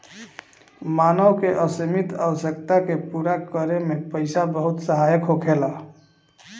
मानव के असीमित आवश्यकता के पूरा करे में पईसा बहुत सहायक होखेला